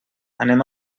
anem